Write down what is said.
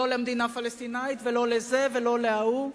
לא למדינה לפלסטינית ולא לזה ולא לההוא,